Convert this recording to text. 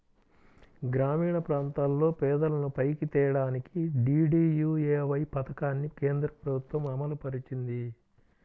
గ్రామీణప్రాంతాల్లో పేదలను పైకి తేడానికి డీడీయూఏవై పథకాన్ని కేంద్రప్రభుత్వం అమలుపరిచింది